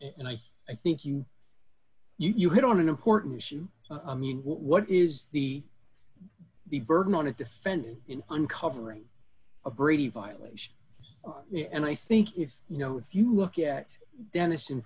and i i think you you hit on an important issue what is the the burden on a defendant in uncovering a brady violation and i think if you know if you look at dennis in